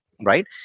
right